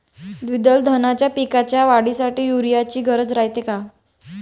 द्विदल धान्याच्या पिकाच्या वाढीसाठी यूरिया ची गरज रायते का?